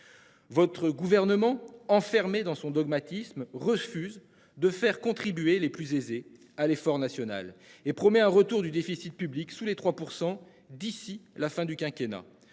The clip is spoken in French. Votre gouvernement, enfermé dans son dogmatisme refuse de faire contribuer les plus aisés à l'effort national et promet un retour du déficit public sous les 3% d'ici la fin du quinquennat.